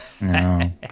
no